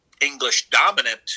English-dominant